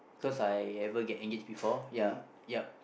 cause I never get engaged before